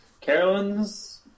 Carolyn's